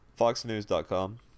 foxnews.com